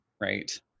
right